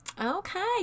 Okay